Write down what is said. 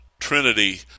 Trinity